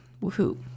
Woohoo